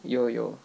有有